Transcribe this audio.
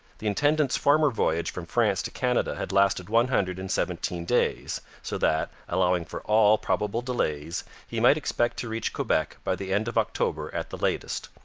the intendant's former voyage from france to canada had lasted one hundred and seventeen days, so that, allowing for all probable delays, he might expect to reach quebec by the end of october at the latest.